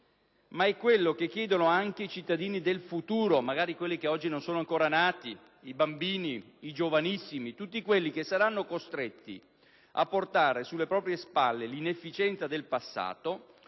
più è quello che chiedono i cittadini del futuro, magari non ancora nati, o i bambini o i giovanissimi, tutti quelli che saranno costretti a portare sulle proprie spalle l'inefficienza del passato